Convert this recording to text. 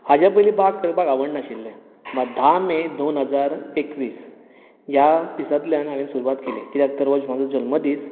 हाज्या पयली बाग करपाक आवड नाशिल्लें मात धा मे दोन हजार एकवीस ह्या दिसांतल्यान हांवें सुरवात केली किद्याक तर हो म्हजो जल्म दीस